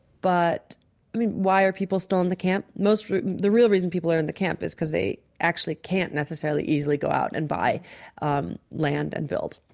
but why are people still in the camp? the real reason people are in the camp is because they actually can't necessarily easily go out and buy um land and build.